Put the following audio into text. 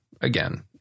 again